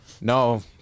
No